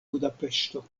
budapeŝto